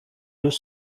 deux